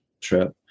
trip